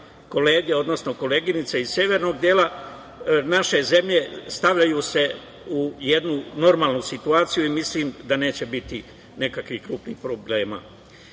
odnosno koleginice iz severnog dela naše zemlje, stavljaju se u jednu normalnu situaciju i mislim da neće biti nekakvih krupnih problema. Tačno